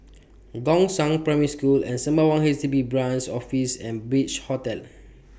Gongshang Primary School and Sembawang H D B Branch Office and Beach Hotel